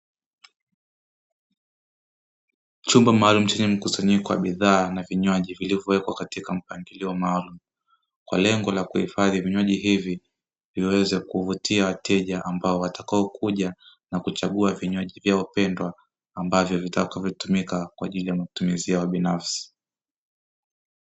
Chumba maalumu chenye mkusanyiko wa bidhaa na vinywaji vilivyowekwa katika mpangilio maalumu kwa lengo la kuhifadhi vinywaji hivi, ili viweze kuvutia wateja watakaokuja na kuchagua vinywaji vyao pendwa ambavyo vitakavyotumika kwa ajili ya matumizi yao binafsi.